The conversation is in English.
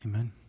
Amen